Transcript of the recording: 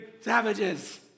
Savages